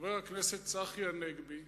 חבר הכנסת צחי הנגבי,